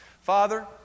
Father